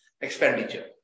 expenditure